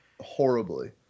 horribly